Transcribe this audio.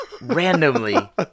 randomly